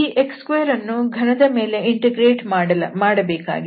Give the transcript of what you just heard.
ಈ x2ಅನ್ನು ಘನದ ಮೇಲೆ ಇಂಟಿಗ್ರೇಟ್ ಮಾಡಬೇಕಾಗಿದೆ